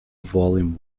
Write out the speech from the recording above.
volume